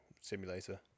simulator